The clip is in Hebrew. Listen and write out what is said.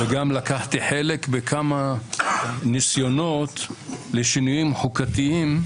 וגם לקחתי חלק בכמה ניסיונות לשינויים חוקתיים,